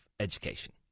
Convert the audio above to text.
education